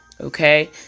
Okay